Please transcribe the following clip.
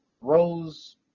rose